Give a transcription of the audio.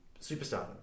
Superstar